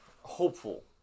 hopeful